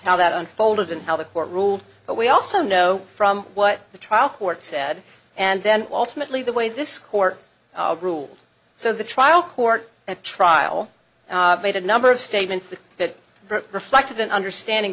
how that unfolded and how the court ruled but we also know from what the trial court said and then ultimately the way this court ruled so the trial court at trial made a number of statements that that reflected an understanding